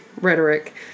rhetoric